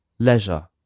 Leisure